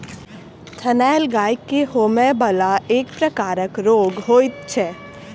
थनैल गाय के होमय बला एक प्रकारक रोग होइत छै